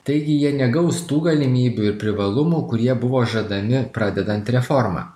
taigi jie negaus tų galimybių ir privalumų kurie buvo žadami pradedant reformą